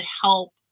help